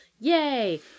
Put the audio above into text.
Yay